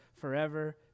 forever